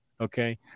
Okay